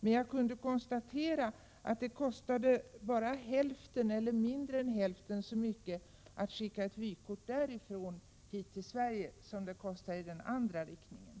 Men jag kunde konstatera att det kostade bara hälften eller mindre än hälften så mycket att skicka vykort från utlandet i fråga till Sverige än i den andra riktningen.